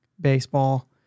baseball